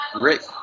Rick